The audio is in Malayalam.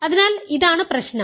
അതിനാൽ ഇതാണ് പ്രശ്നം